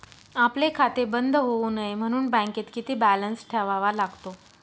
आपले खाते बंद होऊ नये म्हणून बँकेत किती बॅलन्स ठेवावा लागतो?